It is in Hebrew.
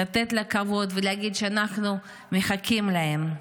לתת לה כבוד ולהגיד שאנחנו מחכים להן: